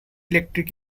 electric